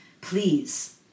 please